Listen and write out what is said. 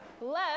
left